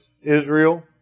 Israel